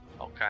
Okay